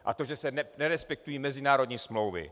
A to, že se nerespektují mezinárodní smlouvy.